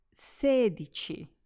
sedici